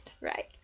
right